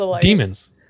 Demons